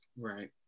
right